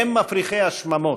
הם מפריחי השממות,